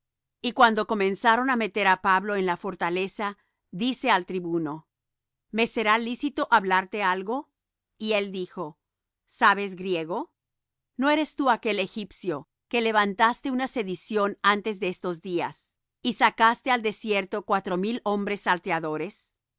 y como comenzaron á meter á pablo en la fortaleza dice al tribuno me será lícito hablarte algo y él dijo sabes griego no eres tú aquel egipcio que levantaste una sedición antes de estos días y sacaste al desierto cuatro mil hombres salteadores